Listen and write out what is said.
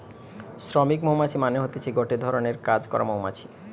শ্রমিক মৌমাছি মানে হতিছে গটে ধরণের কাজ করা মৌমাছি